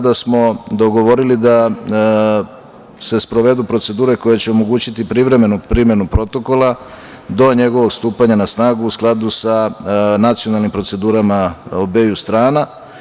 Dogovorili smo da se sprovedu procedure koje će omogućiti privremenu primenu Protokola do njegovog stupanja na snagu u skladu sa nacionalnim procedurama obeju strana.